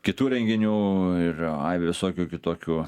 kitų renginių ir visokių kitokių